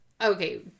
okay